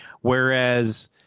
Whereas